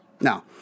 Now